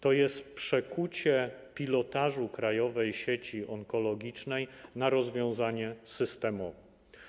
Chodzi o przekucie pilotażu Krajowej Sieci Onkologicznej w rozwiązanie systemowe.